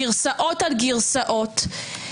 גרסאות על גרסאות,